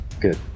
good